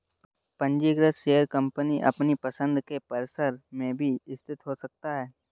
पंजीकृत share company अपनी पसंद के परिसर में भी स्थित हो सकता है